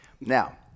Now